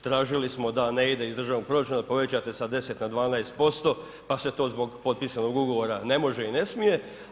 Tražili smo da ne ide iz državnog proračuna povećate sa 10 na 12%, pa se to zbog potpisanog ugovora ne može i ne smije.